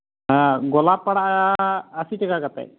ᱦᱮᱸ ᱜᱳᱞᱟᱯ ᱯᱟᱲᱟᱜᱼᱟ ᱟᱥᱤ ᱴᱟᱠᱟ ᱠᱟᱛᱮᱫ